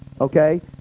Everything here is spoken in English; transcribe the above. Okay